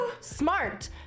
smart